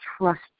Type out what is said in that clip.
trust